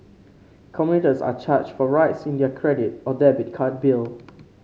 commuters are charged for rides in their credit or debit card bill